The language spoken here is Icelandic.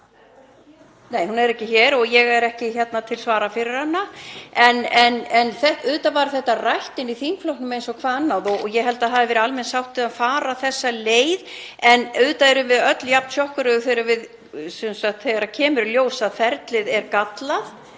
Nei, hún er ekki hér og ég er ekki hér til svara fyrir hana. En auðvitað var þetta rætt í þingflokknum eins og hvað annað og ég held að það hafi verið almenn sátt um að fara þessa leið. En auðvitað erum við öll jafn sjokkeruð þegar kemur í ljós að ferlið er gallað